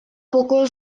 pukul